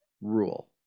rule